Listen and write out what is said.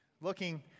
Looking